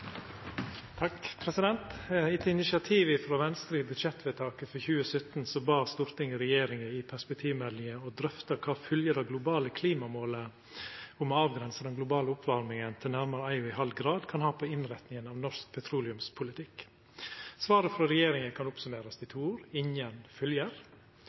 Etter initiativ frå Venstre i budsjettvedtaket for 2017 bad Stortinget regjeringa i perspektivmeldinga om å drøfta kva for fylgjer det globale klimamålet om å avgrensa den globale oppvarminga til nærmare 1,5 grader kan ha på innretninga av norsk petroleumspolitikk. Svaret frå regjeringa kan summerast opp i